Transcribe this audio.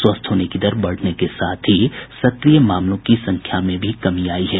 स्वस्थ होने की दर बढ़ने के साथ ही सक्रिय मामलों की संख्या में भी कमी आयी है